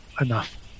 enough